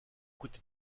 côtés